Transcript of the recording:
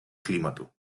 клімату